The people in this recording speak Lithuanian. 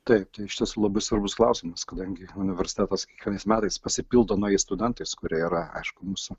taip iš tiesų labai svarbus klausimas kadangi universitetas kiekvienais metais pasipildo naujais studentais kurie yra aišku mūsų